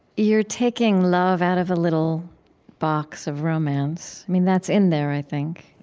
you're taking love out of a little box of romance. i mean, that's in there, i think,